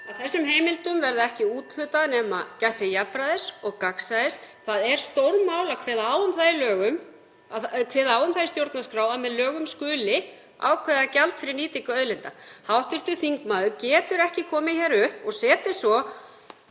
að þessum heimildum verði ekki úthlutað nema gætt sé jafnræðis og gagnsæis. Það er stórmál að kveða á um það í stjórnarskrá að með lögum skuli ákveða gjald fyrir nýtingu auðlinda. Hv. þingmaður getur ekki komið hingað upp og setið svo